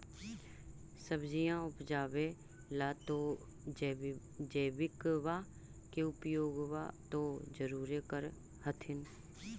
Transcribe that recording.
सब्जिया उपजाबे ला तो जैबिकबा के उपयोग्बा तो जरुरे कर होथिं?